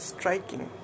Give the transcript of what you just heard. Striking